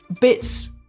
bits